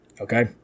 Okay